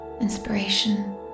inspiration